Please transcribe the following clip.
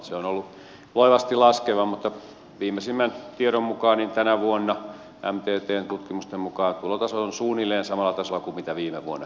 se on ollut loivasti laskeva mutta viimeisimmän tiedon mukaan tänä vuonna mttn tutkimusten mukaan tulotaso on suunnilleen samalla tasolla kuin mitä viime vuonnakin oli